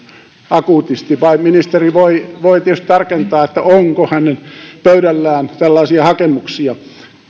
akuutisti tai ministeri voi voi tietysti tarkentaa onko hänen pöydällään tällaisia hakemuksia